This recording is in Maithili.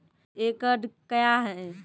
एकड कया हैं?